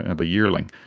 and the yearling.